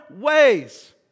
ways